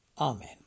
Amen